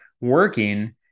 working